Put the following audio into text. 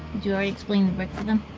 explain the brick to them?